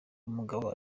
umugabo